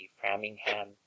Framingham